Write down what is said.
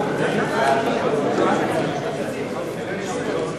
חוק ביטוח בריאות ממלכתי (תיקון מס' 47),